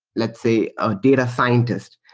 let's say, a data scientist.